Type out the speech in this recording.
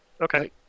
Okay